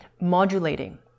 modulating